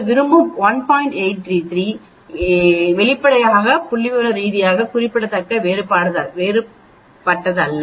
எனவே வெளிப்படையாக இது புள்ளிவிவர ரீதியாக குறிப்பிடத்தக்க வேறுபட்டதல்ல